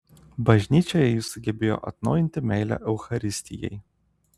bažnyčioje jis sugebėjo atnaujinti meilę eucharistijai